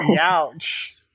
Ouch